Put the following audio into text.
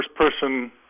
first-person